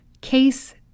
Case